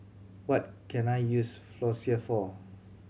what can I use Floxia for